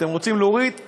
אתם רוצים להוריד,